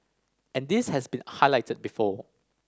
and this has been highlighted before